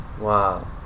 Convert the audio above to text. Wow